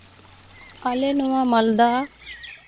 ᱟᱞᱮ ᱱᱚᱣᱟ ᱢᱟᱞᱫᱟ